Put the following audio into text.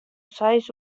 seis